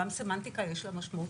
גם סמנטיקה יש לה משמעות,